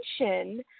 attention